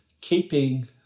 keeping